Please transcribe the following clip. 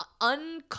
un